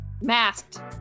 Masked